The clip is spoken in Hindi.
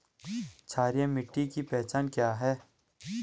क्षारीय मिट्टी की पहचान क्या है?